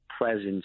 presence